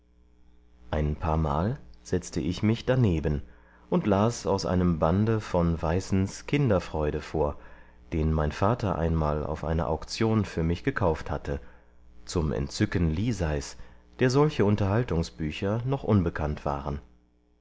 ein paarmal setzte ich mich daneben und las aus einem bande von weißens kinderfreunde vor den mein vater einmal auf einer auktion für mich gekauft hatte zum entzücken liseis der solche unterhaltungsbücher noch unbekannt waren